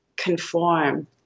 conform